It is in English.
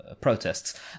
Protests